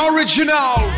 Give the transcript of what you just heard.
Original